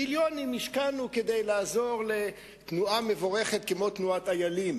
מיליונים השקענו כדי לעזור לתנועה מבורכת כמו תנועת "איילים",